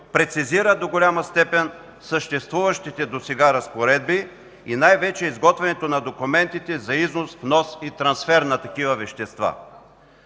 прецизира до голяма степен съществуващите досега разпоредби и най-вече изготвянето на документите за износ, внос и трансфер на такива вещества.